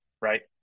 right